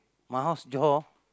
my house Johor